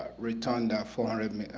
returned our four hundred,